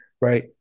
right